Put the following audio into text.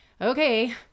okay